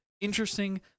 interesting